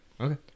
Okay